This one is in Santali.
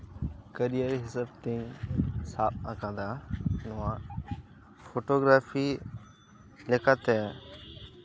ᱠᱮᱨᱤᱭᱟ ᱨ ᱦᱤᱥᱟᱹᱵ ᱛᱤᱧ ᱥᱟᱵ ᱟᱠᱟᱫᱟ ᱱᱚᱣᱟ ᱯᱷᱚᱴᱳᱜᱨᱟᱯᱷᱤ ᱞᱮᱠᱟᱛᱮ